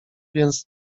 więc